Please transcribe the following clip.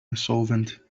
insolvent